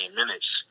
minutes